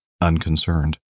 unconcerned